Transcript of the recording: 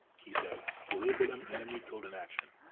he said they label them enemy killed in action.